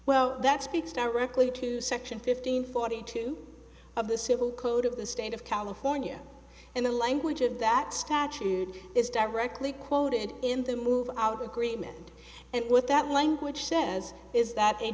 well that speaks directly to section fifteen forty two of the civil code of the state of california and the language of that statute is directly quoted in the move out agreement and with that language says is that a